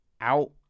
Out